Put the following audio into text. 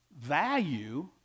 value